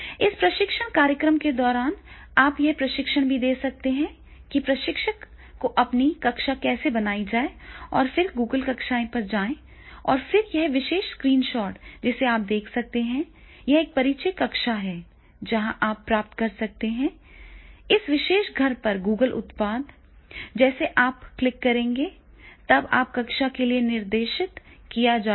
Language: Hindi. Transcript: इस प्रशिक्षण कार्यक्रम के दौरान आप यह प्रशिक्षण भी दे सकते हैं कि प्रशिक्षक को अपनी कक्षा कैसे बनाई जाए और फिर Google कक्षा पर जाएँ और फिर यह विशेष स्क्रीनशॉट जिसे आप देख सकते हैं यह एक परिचय कक्षा है जहाँ आप प्राप्त कर सकते हैं इस विशेष घर पर Google उत्पाद जैसे ही आप क्लिक करेंगे तब आपको कक्षा के लिए निर्देशित किया जाएगा